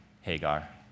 Hagar